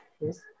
yes